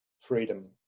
freedom